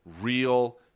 real